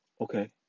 Okay